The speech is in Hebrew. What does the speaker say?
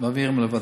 מעבירים לוועדה.